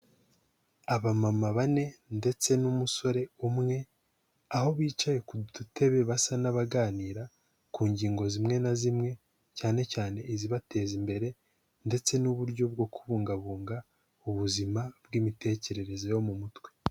Abamama bane ndetse n'umusore umwe, aho bicaye ku tutebe basa n'abaganira ku ngingo zimwe na zimwe, cyane cyane izibateza imbere ndetse n'uburyo bwo kubungabunga ubuzima bw'imitekerereze yo mu mutwe.